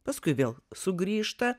paskui vėl sugrįžta